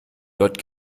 dort